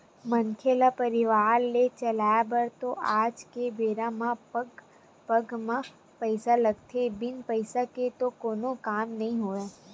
मनखे ल परवार ल चलाय बर तो आज के बेरा म पग पग म पइसा लगथे बिन पइसा के तो कोनो काम नइ होवय